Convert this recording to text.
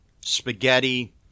spaghetti